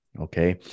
okay